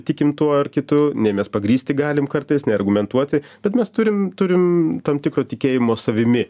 tikim tuo ar kitu nei mes pagrįsti galim kartais nei argumentuoti bet mes turim turim tam tikro tikėjimo savimi